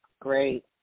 Great